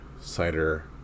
cider